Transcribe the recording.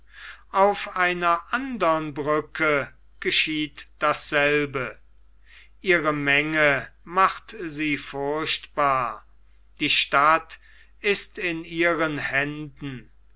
auf einer andern brücke geschieht dasselbe ihre menge macht sie furchtbar die stadt ist in ihren händen